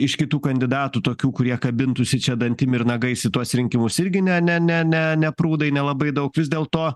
iš kitų kandidatų tokių kurie kabintųsi čia dantim ir nagais į tuos rinkimus irgi ne ne ne ne ne prūdai nelabai daug vis dėlto